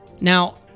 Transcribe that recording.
Now